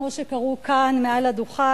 כמו שקראו כאן מעל הדוכן,